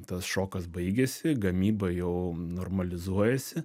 tas šokas baigėsi gamyba jau normalizuojasi